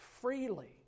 freely